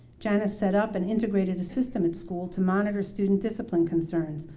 janice set up and integrated a system at school to monitor student discipline concerns,